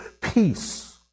peace